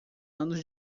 anos